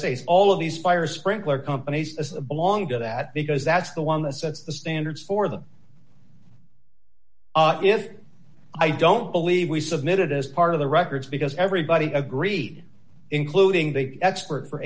states all of these fire sprinkler companies belong to that because that's the one that sets the standards for them if i don't believe we submitted as part of the records because everybody agreed including the expert for